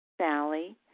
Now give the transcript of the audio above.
Sally